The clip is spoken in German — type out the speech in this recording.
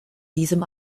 diesem